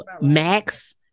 Max